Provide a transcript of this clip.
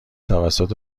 توسط